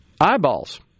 eyeballs